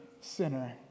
sinner